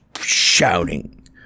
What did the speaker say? shouting